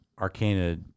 Arcana